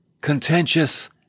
contentious